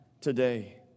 today